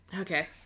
okay